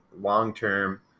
long-term